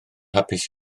hapus